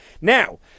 Now